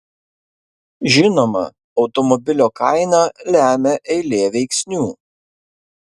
žinoma automobilio kainą lemia eilė veiksnių